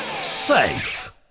safe